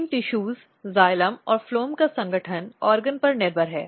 इन tissues xylem और phloem का संगठन अंग पर निर्भर है